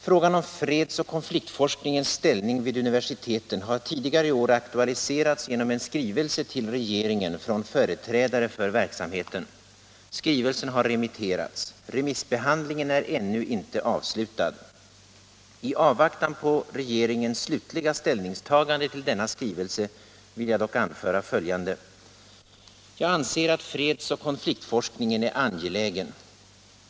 Frågan om fredsoch konfliktforskningens ställning vid universiteten har tidigare i år aktualiserats genom en skrivelse till regeringen från företrädare för verksamheten. Skrivelsen har remitterats. Remissbehandlingen är ännu inte avslutad. I avvaktan på regeringens slutliga ställningstagande till denna skrivelse vill jag dock anföra följande. Jag anser att fredsoch konfliktforskningen är angelägen.